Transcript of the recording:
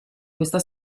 questa